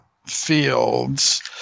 fields